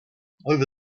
over